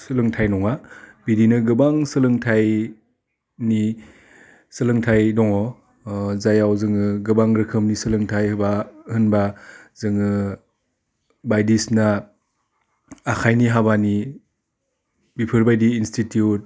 सोलोंथाइ नङा बिदिनो गोबां सोलोंथाइनि सोलोंथाइ दङ जायाव जोङो गोबां रोखोमनि सोलोंथाइ बा होनबा जोङो बायदिसिना आखाइनि हाबानि बिफोरबायदि इनस्टिटिउट